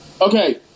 Okay